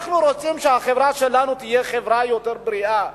אנחנו רוצים שהחברה שלנו תהיה חברה בריאה יותר,